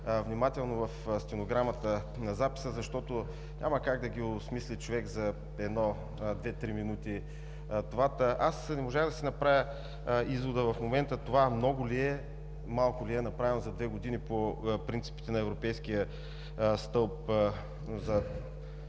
внимателно в стенограмата на записа, защото няма как да ги осмисли човек за две-три минути. Аз не можах да си направя извода в момента много ли е, малко ли е направено за две години по принципите на Европейския стълб за